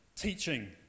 Teaching